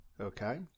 Okay